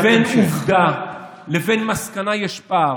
בין טענה לבין עובדה לבין מסקנה יש פער.